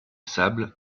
sable